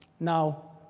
now